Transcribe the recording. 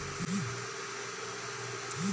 UP क योजना क लाभ कइसे लेब?